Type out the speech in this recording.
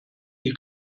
die